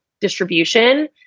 distribution